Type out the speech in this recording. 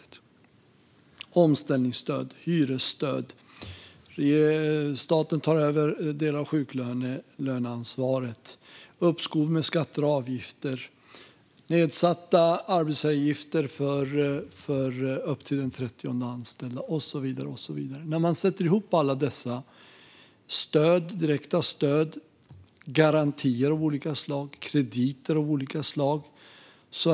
Vi har infört omställningsstöd, hyresstöd, statligt övertagande av delar av sjuklöneansvaret, uppskov med skatter och avgifter, nedsatta arbetsgivaravgifter upp till den trettionde anställda och så vidare - en mängd direkta stöd och garantier och krediter av olika slag.